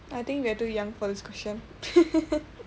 I think we are too young for this question